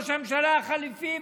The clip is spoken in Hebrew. ראש הממשלה החליפי,